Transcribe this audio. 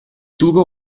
tuvo